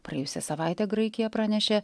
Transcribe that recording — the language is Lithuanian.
praėjusią savaitę graikija pranešė